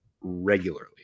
regularly